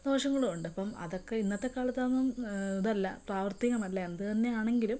ദോഷങ്ങളും ഉണ്ട് അപ്പം അതൊക്കെ ഇന്നത്തെ കാലത്ത് അതൊന്നും ഇതല്ല പ്രാവർത്തികം അല്ല എന്ത് തന്നെ ആണെങ്കിലും